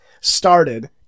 started